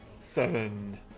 seven